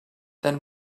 than